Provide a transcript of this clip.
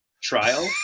trial